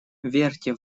верьте